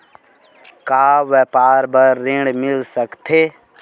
का व्यापार बर ऋण मिल सकथे?